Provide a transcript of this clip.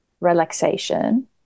relaxation